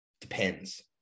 depends